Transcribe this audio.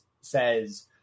says